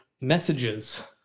messages